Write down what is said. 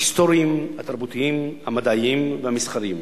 ההיסטוריים, התרבותיים, המדעיים והמסחריים.